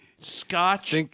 Scotch